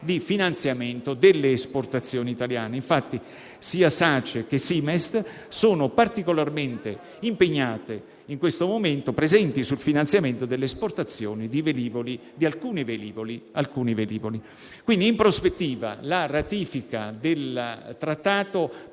di finanziamento delle esportazioni italiane. Infatti, sia Sace che Simest sono particolarmente impegnate in questo momento e presenti sul finanziamento delle esportazioni di alcuni velivoli. In prospettiva, la ratifica del Trattato